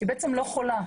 היא בעצם לא חולה,